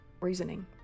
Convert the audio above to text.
reasoning